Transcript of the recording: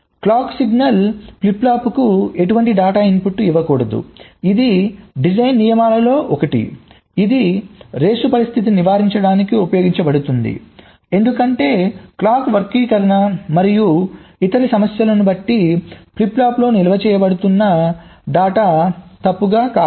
clock signal flip ఫ్లాప్కు ఎటువంటి data ఇన్పుట్ను ఇవ్వకూడదు ఇది డిజైన్ నియమాలలో ఒకటి ఇది రేసు పరిస్థితిని నివారించడానికి ఉపయోగించబడుతుంది ఎందుకంటే క్లాక్ వక్రీకరణ మరియు ఇతర సమస్యలను బట్టి ఫ్లిప్ ఫ్లాప్లో నిల్వ చేయబడుతున్న డేటా తప్పు కావచ్చు